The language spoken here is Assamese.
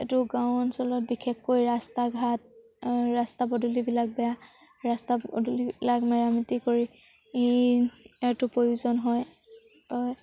এইটো গাঁও অঞ্চলত বিশেষকৈ ৰাস্তা ঘাট ৰাস্তা পদূলিবিলাক বেয়া ৰাস্তা পদূলিবিলাক মেৰামতি কৰি এইটো প্ৰয়োজন হয়